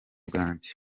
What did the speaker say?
bwanjye